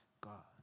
God